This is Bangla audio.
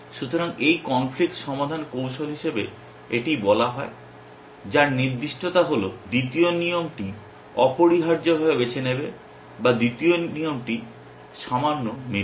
সুতরাং এই কনফ্লিক্ট সমাধান কৌশল হিসাবে এটি বলা হয় যার নির্দিষ্টতা হল দ্বিতীয় নিয়মটি অপরিহার্যভাবে বেছে নেবে বা দ্বিতীয় নিয়মটি সামান্য মেলে